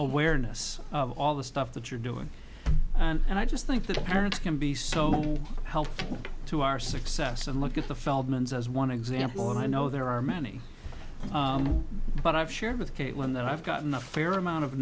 awareness of all the stuff that you're doing and i just think that parents can be so helpful to our success and look at the feldman's as one example and i know there are many but i've shared with caitlin that i've gotten a fair amount of